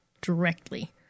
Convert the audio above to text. directly